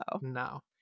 No